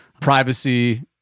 privacy